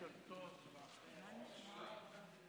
2020. אני פותח את הישיבה.